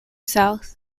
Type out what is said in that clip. south